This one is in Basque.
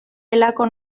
delako